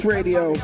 Radio